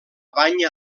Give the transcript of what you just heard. banya